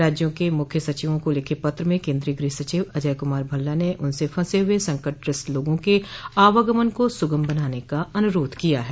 राज्यों के मुख्य सचिवों को लिखे पत्र में केन्द्रीय गृह सचिव अजय कुमार भल्ला ने उनसे फंसे हुए संकटग्रस्त लोगों के आवागमन को सूगम बनाने का अनुरोध किया है